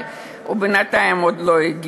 אבל בינתיים הוא עוד לא הגיע,